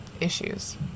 issues